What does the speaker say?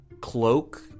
cloak